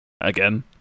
again